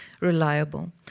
reliable